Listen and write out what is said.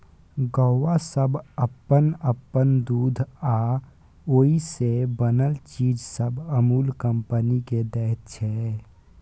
गौआँ सब अप्पन अप्पन दूध आ ओइ से बनल चीज सब अमूल कंपनी केँ दैत छै